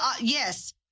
yes